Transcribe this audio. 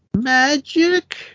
magic